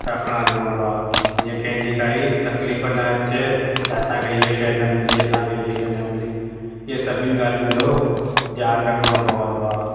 रखण जो हूंदो आहे जीअं कंहिंजी काई तकलीफ़ न अचे त असांखे इहे शइ न मिली असांखे इहे शइ न मिली सभिनि ॻाल्हियुनि जो ध्यानु रखिणो पवंदो आहे